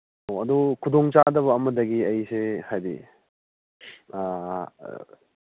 ꯑꯣ ꯑꯗꯨ ꯈꯨꯗꯣꯡꯆꯥꯗꯕ ꯑꯃꯗꯒꯤ ꯑꯩꯁꯤ ꯍꯥꯏꯗꯤ